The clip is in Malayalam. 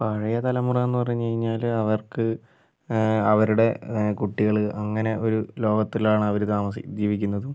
പഴയ തലമുറ എന്ന് പറഞ്ഞുകഴിഞ്ഞാൽ അവർക്ക് അവരുടെ കുട്ടികൾ അങ്ങനെ ഒരു ലോകത്തിലാണ് താമസിക്കുന്നത് ജീവിക്കുന്നത്